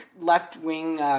left-wing